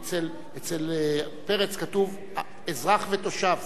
אצל פרץ כתוב "אזרח ותושב".